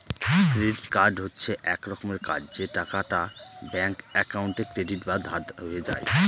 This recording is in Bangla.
ক্রেডিট কার্ড হচ্ছে এক রকমের কার্ড যে টাকাটা ব্যাঙ্ক একাউন্টে ক্রেডিট বা ধার হয়ে যায়